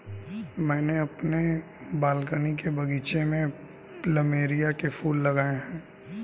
मैंने अपने बालकनी के बगीचे में प्लमेरिया के फूल लगाए हैं